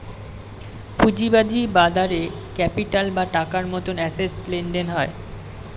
পুঁজিবাদী বাজারে ক্যাপিটাল বা টাকার মতন অ্যাসেট লেনদেন হয়